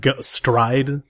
Stride